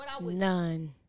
None